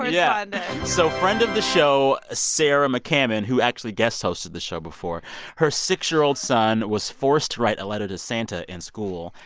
and so friend of the show ah sarah mccammon, who actually guest hosted the show before her six year old son was forced to write a letter to santa in school.